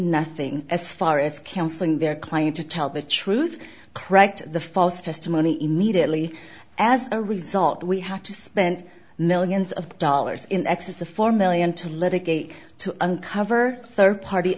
nothing as far as canceling their client to tell the truth correct the false testimony immediately as a result we have to spend millions of dollars in excess of four million to litigate to uncover third party